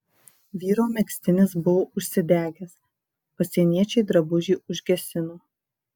vyro megztinis buvo užsidegęs pasieniečiai drabužį užgesino